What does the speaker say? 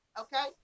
okay